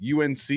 UNC